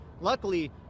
Luckily